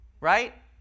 Right